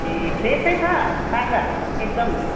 ए फ्रेसै छ ताजा एकदम